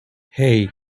hey